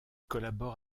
collabore